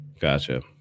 Gotcha